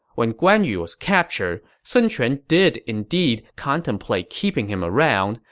when guan yu was captured, sun quan did indeed contemplate keeping him around,